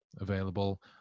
Available